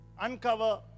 Uncover